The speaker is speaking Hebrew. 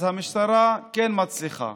אז המשטרה כן מצליחה.